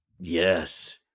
Yes